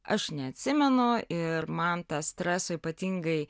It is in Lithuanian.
aš neatsimenu ir man tas streso ypatingai